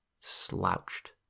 Slouched